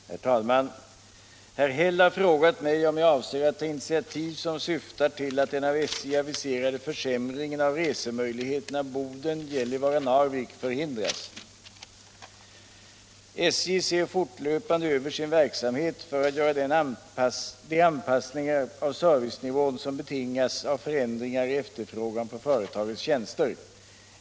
Herr talman! Herr Häll har frågat mig om jag avser att ta initiativ som syftar till att den av SJ aviserade försämringen av resemöjligheterna Boden-Gällivare-Narvik förhindras. SJ ser fortlöpande över sin verksamhet för att göra de anpassningar av servicenivån som betingas av förändringar i efterfrågan på företagets tjänster.